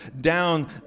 down